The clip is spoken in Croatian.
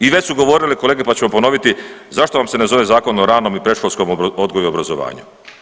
I već su govorili kolege, pa ću vam ponoviti zašto vam se ne zove Zakon o ranom i predškolskom odgoju i obrazovanju?